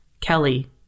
Kelly